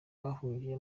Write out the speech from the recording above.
bahungiye